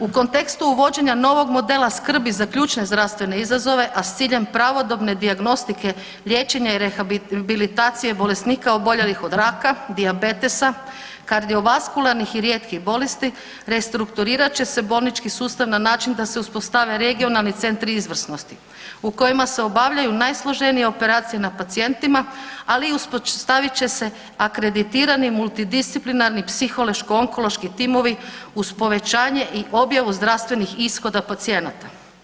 U kontekstu uvođenja novog modela skrbi za ključne zdravstvene izazove, a s ciljem pravodobne dijagnostike liječenja i rehabilitacije bolesnika oboljelih od raka, dijabetesa, kardiovaskularnih i rijetkih bolesti, restrukturirat će se bolnički sustav na način da se uspostave regionalni centri izvrsnosti u kojima se obavljaju najsloženije operacije na pacijentima, ali i uspostavit će se akreditirani multidisciplinarni psihološko onkološki timovi uz povećanje i objavu zdravstvenih ishoda pacijenata.